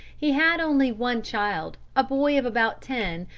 he had only one child, a boy of about ten,